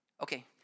okay